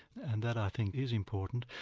and that i think is important.